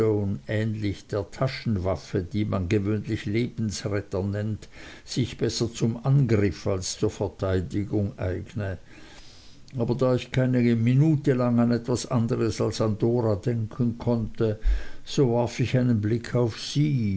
ähnlich der taschenwaffe die man gewöhnlich lebensretter nennt sich besser zum angriff als zur verteidigung eigne aber da ich keine minute lang an etwas anderes als an dora denken konnte so warf ich einen blick auf sie